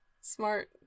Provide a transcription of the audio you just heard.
Smart